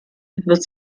wird